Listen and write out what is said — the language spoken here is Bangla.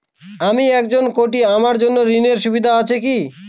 আমি একজন কট্টি আমার জন্য ঋণের সুবিধা আছে কি?